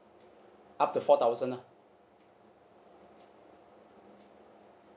up to four thousand lah